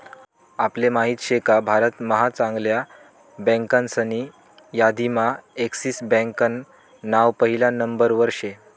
आपले माहित शेका भारत महा चांगल्या बँकासनी यादीम्हा एक्सिस बँकान नाव पहिला नंबरवर शे